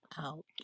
out